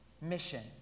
mission